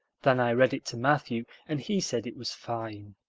then i read it to matthew and he said it was fine.